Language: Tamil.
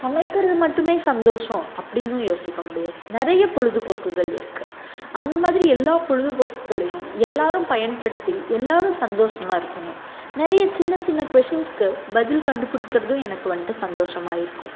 சமைக்கிறது மட்டுமே சந்தோஷோம் அப்படின்னும் யோசிக்க முடியாது நிறைய பொழுதுபோக்குகள் இருக்குது அந்த மாதிரி எல்லா பொழுதுபோக்குகளையும் எல்லாரும் பயன்படித்தி எல்லாரும் சந்தோஷமாக இருக்கணும் நிறைய சின்ன சின்ன கொஸின்சுக்கு பதில் கண்டுப் பிடிக்கறதும் எனக்கு வந்துட்டு சந்தோஷமாக இருக்கும்